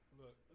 Look